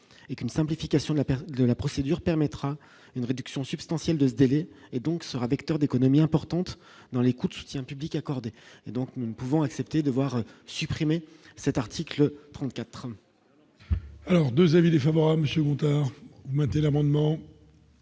et qu'une simplification de la perte de la procédure permettra une réduction substantielle de délai et donc sera vecteur d'économies importantes dans les coups de soutiens publics accordés, donc nous ne pouvons accepter de voir supprimer cet article 34. Alors 2 avis défavorables chez ou encore augmenter l'amendement.